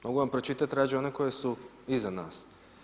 Mogu vam pročitati rađe one koje su iza nas.